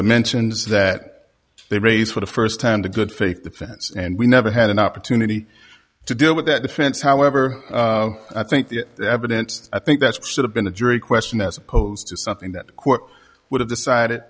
the mentions that they raise for the st time to good faith defense and we never had an opportunity to deal with that defense however i think the evidence i think that should have been a jury question as opposed to something that court would have decided